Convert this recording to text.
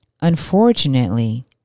Unfortunately